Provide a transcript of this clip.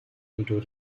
into